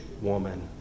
woman